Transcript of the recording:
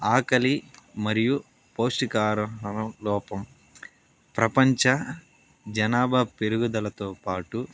ఆకలి మరియు పౌష్టిక ఆహార లోపం ప్రపంచ జనాభా పెరుగుదలతో పాటు